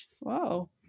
Wow